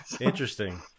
Interesting